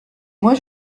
moi